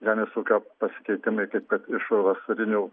žemės ūkio paskirtimi kaip kad iš vasarinių